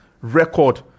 record